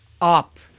up